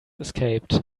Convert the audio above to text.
escaped